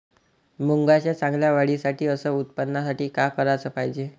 मुंगाच्या चांगल्या वाढीसाठी अस उत्पन्नासाठी का कराच पायजे?